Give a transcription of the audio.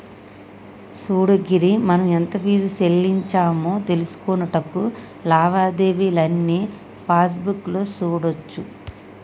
సూడు గిరి మనం ఎంత ఫీజు సెల్లించామో తెలుసుకొనుటకు లావాదేవీలు అన్నీ పాస్బుక్ లో సూడోచ్చు